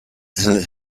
and